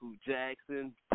Jackson